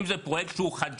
אם זה פרויקט שהוא חדשני,